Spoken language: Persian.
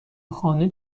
خانه